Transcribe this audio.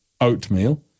oatmeal